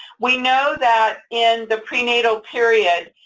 we know that in the prenatal period,